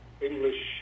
English